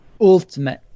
Ultimate